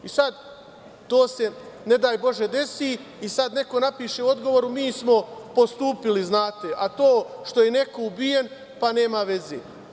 I to se, ne daj bože desi i neko napiše u odgovoru - mi smo postupili, a to što je neko ubijen, nema veze.